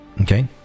Okay